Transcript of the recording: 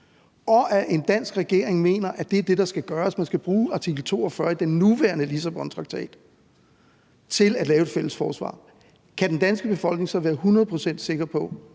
og en dansk regering mener, at det er det, der skal gøres – altså at man skal bruge artikel 42 i den nuværende Lissabontraktat til at lave et fælles forsvar – kan den danske befolkning så være hundrede procent sikker på,